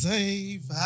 Save